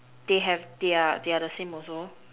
they have they are they are the same also